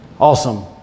awesome